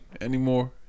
Anymore